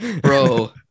bro